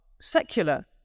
secular